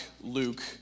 Luke